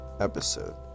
episode